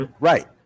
Right